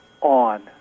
on